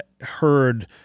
heard